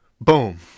boom